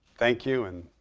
thank you. and